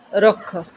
ਰੁੱਖ